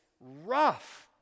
rough